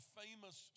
famous